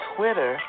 Twitter